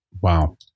Wow